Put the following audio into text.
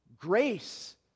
Grace